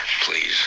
Please